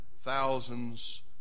thousands